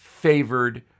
favored